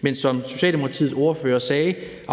men som Socialdemokratiets ordfører sagde, indføres